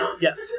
Yes